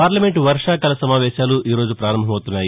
parliament వర్వాకాల సమావేశాలు ఈరోజు ప్రారంభమవుతున్నాయి